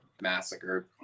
massacred